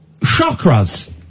chakras